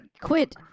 quit